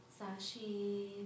Sashi